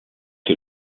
que